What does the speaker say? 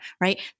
right